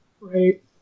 Right